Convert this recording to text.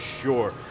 sure